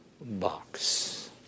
box